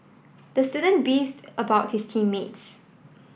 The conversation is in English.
the student beefed about his team mates